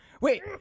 Wait